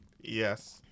Yes